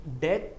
death